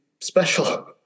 special